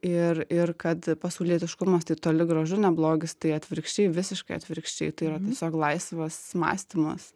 ir ir kad pasaulietiškumas tai toli gražu ne blogis tai atvirkščiai visiškai atvirkščiai tai yra tiesiog laisvas mąstymas